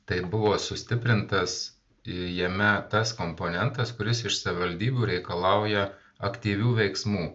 tai buvo sustiprintas jame tas komponentas kuris iš savivaldybių reikalauja aktyvių veiksmų